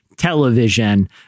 television